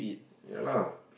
ya lah